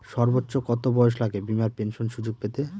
সর্বোচ্চ কত বয়স লাগে বীমার পেনশন সুযোগ পেতে?